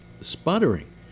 sputtering